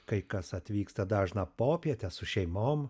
kai kas atvyksta dažną popietę su šeimom